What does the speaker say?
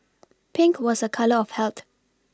Pink was a colour of health